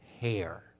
hair